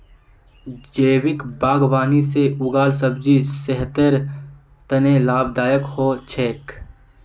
जैविक बागवानी से उगाल सब्जी सेहतेर तने लाभदायक हो छेक